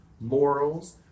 morals